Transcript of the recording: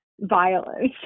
violence